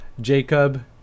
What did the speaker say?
Jacob